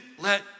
let